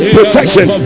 Protection